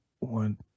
one